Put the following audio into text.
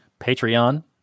Patreon